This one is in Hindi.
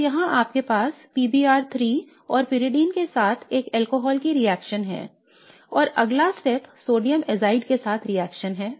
तो यहाँ आपके पास PBr3और pyridine के साथ एक अल्कोहल की रिएक्शन है और अगला चरण सोडियम एजाइड के साथ रिएक्शन है